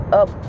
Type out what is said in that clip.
up